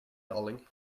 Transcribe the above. darling